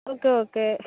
okay okay